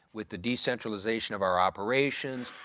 with the decentralization of our operations,